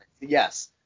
Yes